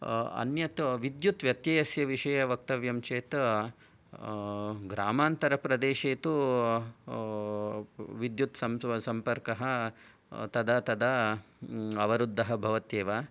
अन्यत् विद्युत् व्यत्यस्य विषये वक्तव्यं चेत् ग्रामान्तरप्रदेशे तु विद्युत् सम्पर्कः तदा तदा अवरुद्धः भवत्येव